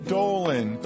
Dolan